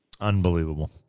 Unbelievable